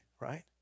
right